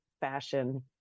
fashion